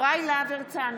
יוראי להב הרצנו,